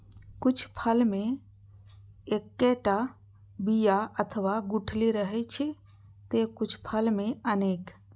कुछ फल मे एक्केटा बिया अथवा गुठली रहै छै, ते कुछ फल मे अनेक